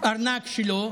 הארנק שלו,